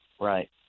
Right